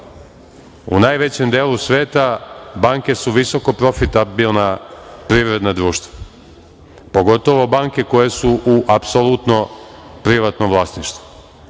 U najvećem delu sveta banke su visokoprofitabilna privredna društva, pogotovo banke koje su u apsolutno privatnom vlasništvu.